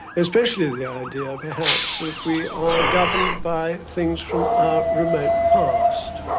especially the idea of, perhaps, that we are governed by things from our remote past.